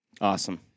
Awesome